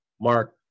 mark